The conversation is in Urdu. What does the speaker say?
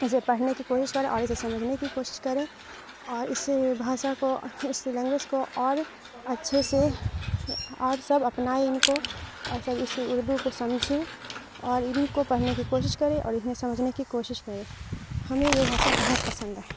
اسے پڑھنے کی کوشش کرے اور اسے سمجھنے کی کوشش کرے اور اس بھاسا کو اس لینگویج کو اوڑ اچھے سے اور سب اپنائے ان کو اور سب اسی اردو کو سمجھیں اور ان کو پڑھنے کی کوشش کرے اور انہیں سمجھنے کی کوشش کرے ہمیں یہ بھاسا بہت پسند ہے